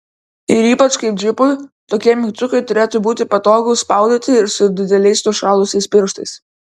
ir ypač kaip džipui tokie mygtukai turėtų būti patogūs spaudyti su dideliais nušalusiais pirštais